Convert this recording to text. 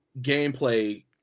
gameplay